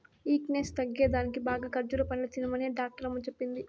weakness తగ్గేదానికి బాగా ఖజ్జూర పండ్లు తినమనే డాక్టరమ్మ చెప్పింది